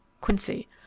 Quincy